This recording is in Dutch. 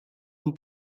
een